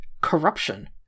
corruption